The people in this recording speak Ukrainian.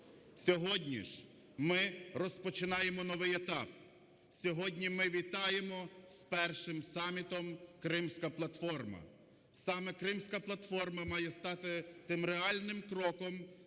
Сьогодні ж ми розпочинаємо новий етап, сьогодні ми вітаємо з першим самітом "Кримська платформа", саме Кримська платформа має стати тим реальним кроком